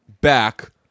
back